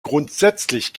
grundsätzlich